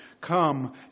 Come